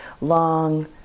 long